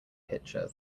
pitcher